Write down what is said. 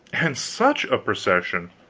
and such a procession!